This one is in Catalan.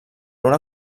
una